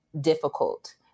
difficult